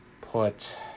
put